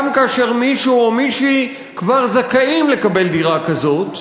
גם כאשר מישהו או מישהי כבר זכאים לקבל דירה כזאת,